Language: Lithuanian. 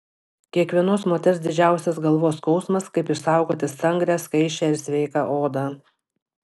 kiekvienos moters didžiausias galvos skausmas kaip išsaugoti stangrią skaisčią ir sveiką odą